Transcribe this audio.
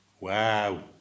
Wow